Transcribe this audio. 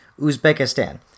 Uzbekistan